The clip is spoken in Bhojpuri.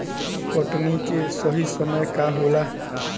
कटनी के सही समय का होला?